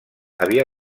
havia